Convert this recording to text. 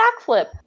backflip